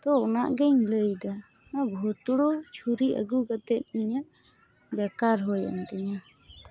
ᱛᱳ ᱚᱱᱟ ᱜᱮᱧ ᱞᱟᱹᱭᱮᱫᱟ ᱱᱚᱣᱟ ᱵᱷᱩᱛᱲᱩᱭᱟᱜ ᱪᱷᱩᱨᱤ ᱟᱹᱜᱩ ᱠᱟᱛᱮᱫ ᱤᱧᱟᱹᱜ ᱵᱮᱠᱟᱨ ᱦᱩᱭᱮᱱ ᱛᱤᱧᱟᱹ